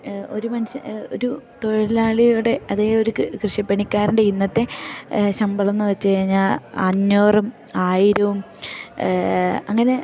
ഒരു മനുഷ്യ ഒരു തൊഴിലാളിയുടെ അതേ ഒരു കൃഷിപ്പണിക്കാരൻ്റെ ഇന്നത്തെ ശമ്പളമെന്നു വെച്ചു കഴിഞ്ഞാൽ അഞ്ഞൂറും ആയിരവും അങ്ങനെ